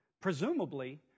Presumably